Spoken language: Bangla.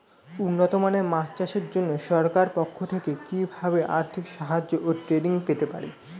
উন্নত মানের মাছ চাষের জন্য সরকার পক্ষ থেকে কিভাবে আর্থিক সাহায্য ও ট্রেনিং পেতে পারি?